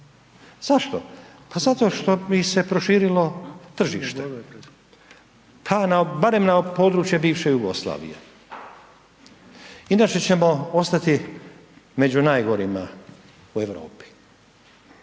Zašto? Pa zato što bi se proširilo tržište pa barem na područje bivše Jugoslavije. Inače ćemo ostati među najgorima u Europi,